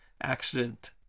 accident